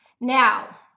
Now